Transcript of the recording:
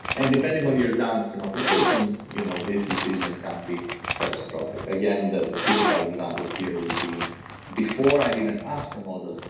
and depending on your downstream application, you know this decision can be catastrophic. again, the the typical example here would be before i even ask a model,